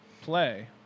play